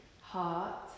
heart